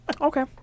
Okay